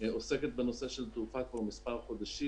שעוסקת בנושא של תעופה כבר מספר חודשים.